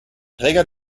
träger